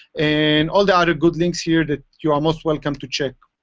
and all the other good links here that you are most welcome to check,